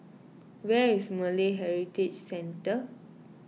where is Malay Heritage Centre